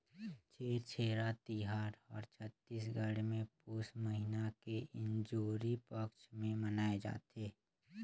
छेरछेरा तिहार हर छत्तीसगढ़ मे पुस महिना के इंजोरी पक्छ मे मनाए जथे